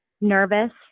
nervous